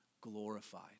glorified